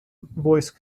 voice